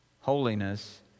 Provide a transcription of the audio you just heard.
Holiness